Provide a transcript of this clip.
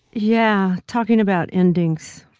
yeah. talking about endings.